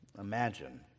Imagine